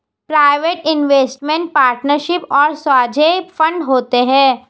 private investment partnership और साझे fund होते हैं